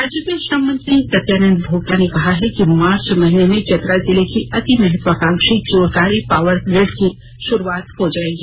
राज्य के श्रम मंत्री सत्यानंद भोक्ता ने कहा है कि मार्च महीने में चतरा जिले की अति महत्वाकांक्षी चोरकारी पावर ग्रिड की शुरूआत हो जाएगी